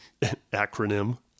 acronym